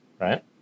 Right